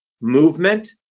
movement